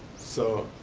so,